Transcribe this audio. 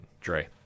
Dre